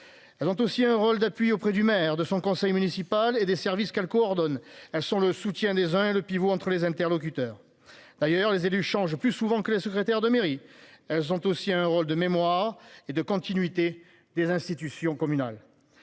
Elles ont aussi un rôle d'appui auprès du maire de son conseil municipal et des services qu'elle coordonne, sans le soutien des uns et le pivot entre les interlocuteurs. D'ailleurs les élus changent plus souvent que les secrétaire de mairie. Elles ont aussi un rôle de mémoire et de continuité des institutions communales.